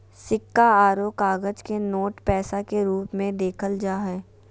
सिक्का आरो कागज के नोट पैसा के रूप मे देखल जा हय